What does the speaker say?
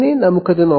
നമുക്ക് അത് നോക്കാം